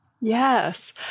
Yes